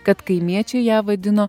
kad kaimiečiai ją vadino